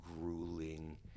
grueling